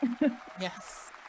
Yes